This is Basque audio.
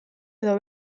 edo